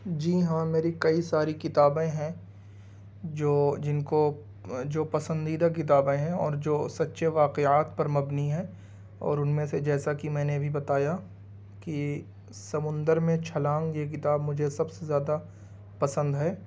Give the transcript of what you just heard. جی ہاں میری کئی ساری کتابیں ہیں جو جن کو جو پسندیدہ کتابیں ہیں اور جو سچے واقعات پر مبنی ہیں اور ان میں سے جیسا کہ میں نے ابھی بتایا کہ سمندر میں چھلانگ یہ کتاب مجھے سب سے زیادہ پسند ہے